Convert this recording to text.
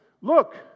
look